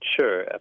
Sure